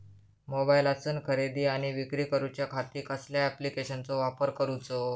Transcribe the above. मोबाईलातसून खरेदी आणि विक्री करूच्या खाती कसल्या ॲप्लिकेशनाचो वापर करूचो?